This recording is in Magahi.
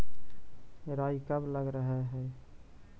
राई कब लग रहे है?